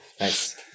Nice